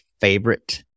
favorite